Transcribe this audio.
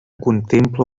contempla